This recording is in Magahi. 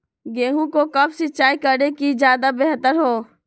गेंहू को कब सिंचाई करे कि ज्यादा व्यहतर हो?